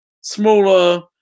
smaller